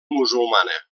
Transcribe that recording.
musulmana